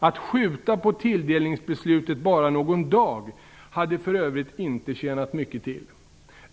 Att skjuta på tilldelningsbeslutet bara någon dag hade för övrigt inte tjänat mycket till.